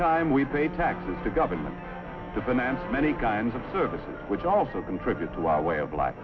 time we pay taxes to government to finance many kinds of services which also contribute to our way of life